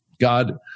God